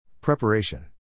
Preparation